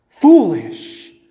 Foolish